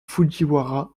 fujiwara